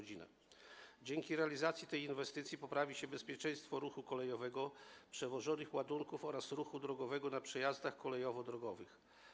Dzięki realizacji tej inwestycji poprawi się bezpieczeństwo ruchu kolejowego, przewożonych ładunków oraz ruchu drogowego na przejazdach kolejowo-drogowych.